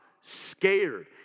scared